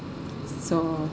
so